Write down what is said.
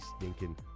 stinking